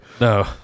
No